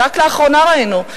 רק לאחרונה ראינו,